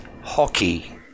hockey